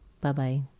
bye-bye